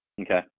Okay